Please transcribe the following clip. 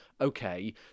okay